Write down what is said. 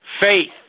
Faith